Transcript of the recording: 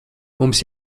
mums